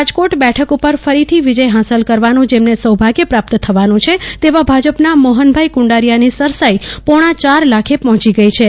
રાજકોટ બેઠક ઉપર ફરીથી વિજય હાંસલ કરવાનું જેમને સૌભાગ્ય પ્રાપ્ત થવાનું છે તેવા ભાજપના મોહનભાઈ કુંડારિયાની સરસાઈ પોણા ચાર લાખે પહોંચી ગઈ છે